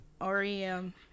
rem